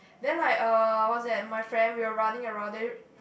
then like uh what's that my friend we were running around then